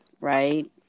right